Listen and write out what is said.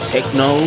Techno